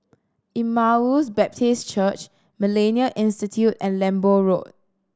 Emmaus Baptist Church Millennia Institute and Lembu Road